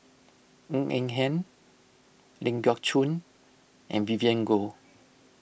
Ng Eng Hen Ling Geok Choon and Vivien Goh